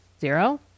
zero